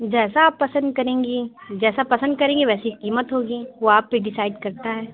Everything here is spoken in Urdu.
جیسا آپ پسند کریں گی جیسا پسند کریں گی ویسی قیمت ہوگی وہ آپ پہ ڈیسائڈ کرتا ہے